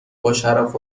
باشرف